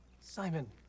Simon